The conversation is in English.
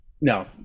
no